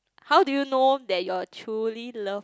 how do you know that you are truly loved